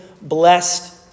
blessed